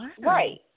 Right